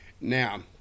Now